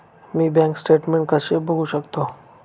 मी bank statement कसे बघू शकतो?